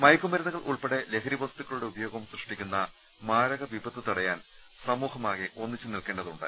മയക്കുമരുന്നുകൾ ഉൾപ്പെടെ ലഹരി വസ്തുക്കളുടെ ഉപേയാഗം സൃഷ്ടിക്കുന്ന മാരക വിപത്ത് തടയാൻ സമൂഹമാകെ ഒന്നിച്ചു നിൽക്കേ ണ്ടതുണ്ട്